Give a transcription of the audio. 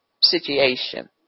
situation